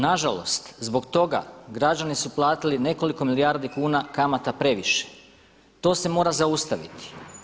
Nažalost, zbog toga građani su platili nekoliko milijardi kuna kamata previše, to se mora zaustaviti.